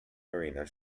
marina